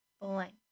blank